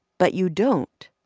but you don't,